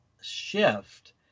shift